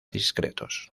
discretos